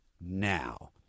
Now